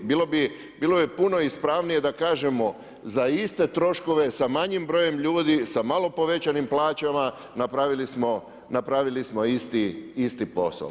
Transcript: Bilo bi puno ispravnije da kažemo za iste troškove sa manjim brojem ljudi, sa malo povećanim plaćama napravili smo isti posao.